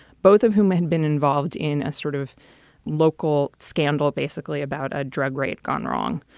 both of whom had been involved in a sort of local scandal, basically about a drug raid gone wrong.